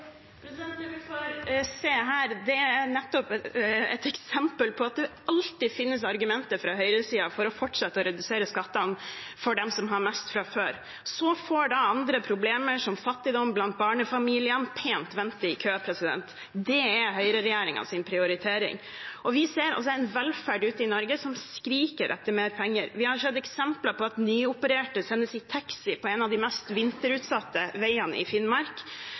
Det vi får se her, er nettopp et eksempel på at det alltid finnes argumenter fra høyresiden for å fortsette å redusere skattene for dem som har mest fra før. Så får andre problemer, som fattigdom blant barnefamiliene, pent vente i kø. Det er høyreregjeringens prioritering. Vi ser altså en velferd ute i Norge som skriker etter mer penger. Vi har sett eksempler på at nyopererte sendes i taxi på en av de mest vinterutsatte veiene i Finnmark.